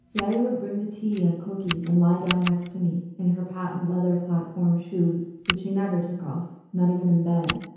iaia would bring the tea and cookies and lie down next to me in her patent leather platform shoes which she never took off, not even in bed.